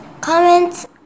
comments